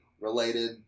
related